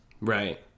Right